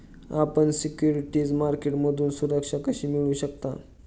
आपण सिक्युरिटीज मार्केटमधून सुरक्षा कशी मिळवू शकता?